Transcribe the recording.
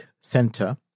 center